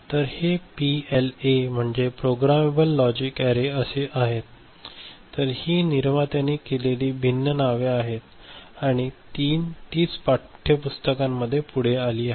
तर हे पीएलए म्हणजे प्रोगेमेबल लॉजिक अॅरे असे आहेतर ही निर्मात्याने दिलेली भिन्न नावे आहेत आणि तीच पाठ्यपुस्तकांमध्ये पुढे आणली आहेत